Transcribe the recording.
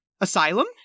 Asylum